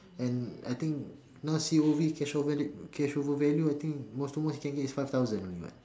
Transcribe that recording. and I think now C_O_V cash over value cash over value I think most to most he can get is five thousand only [what]